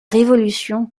révolution